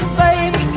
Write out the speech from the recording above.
baby